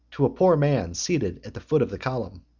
to a poor man seated at the foot of the column.